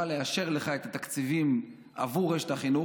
לאשר לך את התקציבים עבור רשת החינוך,